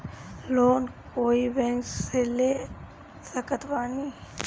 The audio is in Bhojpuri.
लोन कोई बैंक से ले सकत बानी?